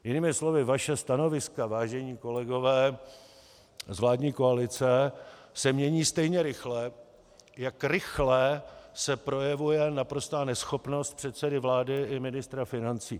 Jinými slovy vaše stanoviska, vážení kolegové z vládní koalice, se mění stejně rychle, jak rychle se projevuje naprostá neschopnost předsedy vlády i ministra financí.